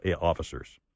officers